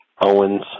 Owens